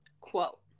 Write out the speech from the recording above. quote